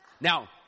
Now